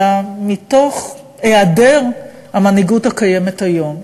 אלא מתוך היעדר המנהיגות הקיים היום.